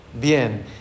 bien